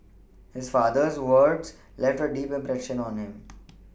his father's words left a deep impression on him